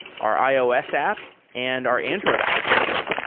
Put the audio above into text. our ios app and our android application.